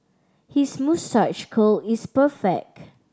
his moustache curl is perfect